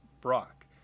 Brock